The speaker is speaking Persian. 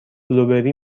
بلوبری